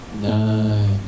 nine